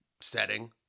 setting